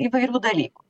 įvairių dalykų